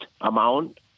amount